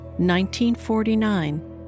1949